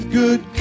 good